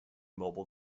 mobile